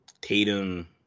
Tatum